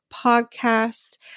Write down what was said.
Podcast